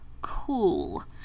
cool